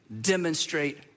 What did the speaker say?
demonstrate